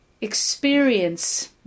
experience